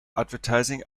advertising